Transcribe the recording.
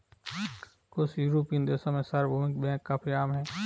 कुछ युरोपियन देशों में सार्वभौमिक बैंक काफी आम हैं